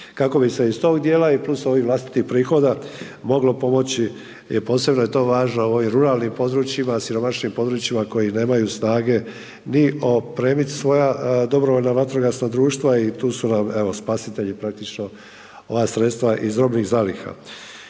kako bi se iz tog djela i plus ovih vlastitih prihoda moglo pomoći i posebno je to važno u ovim ruralnim područjima, siromašnim područjima koji nemaju snage ni opremit svoja dobrovoljna vatrogasna društva i tu su nam evo i spasitelji praktično, ova sredstva iz robnih zaliha.